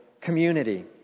community